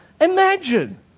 imagine